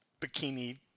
bikini